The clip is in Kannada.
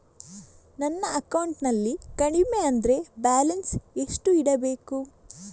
ನನ್ನ ಅಕೌಂಟಿನಲ್ಲಿ ಕಡಿಮೆ ಅಂದ್ರೆ ಬ್ಯಾಲೆನ್ಸ್ ಎಷ್ಟು ಇಡಬೇಕು?